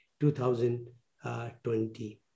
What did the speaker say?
2020